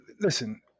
Listen